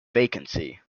vacancy